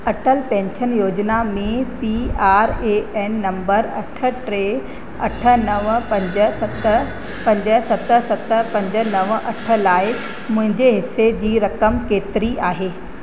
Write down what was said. Atal pension योजना में P R A N number अठ टे अठ नव पंज सत पंज सत सत पंज नव अठ लाइ मुंहिंजे हिसे जी रक़म केतिरी आहे